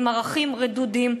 עם ערכים רדודים,